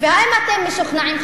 והאם אתם משוכנעים,